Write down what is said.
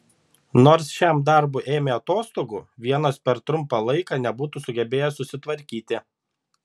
nors šiam darbui ėmė atostogų vienas per trumpą laiką nebūtų sugebėjęs susitvarkyti